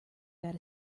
got